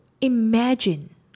imagine